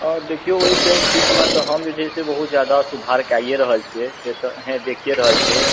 अ देखियौ एहि बीच मे हम जे छै से बहुत जादा सुधार कइये रहल छियै से तऽ अहाॅं देखिये रहल छियै